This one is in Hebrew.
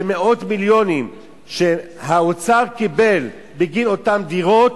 מאות מיליונים שהאוצר קיבל בגין אותן דירות,